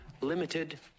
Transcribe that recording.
limited